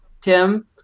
Tim